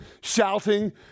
shouting